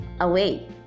away